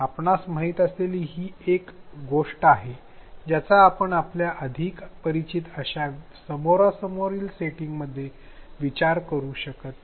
आपणास माहित असलेली हि अशी एक गोष्ट आहे ज्याचा आपण आपल्या अधिक परिचित अश्या समोरासमोर सेटिंग मध्ये विचार करू शकत नाही